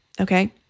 Okay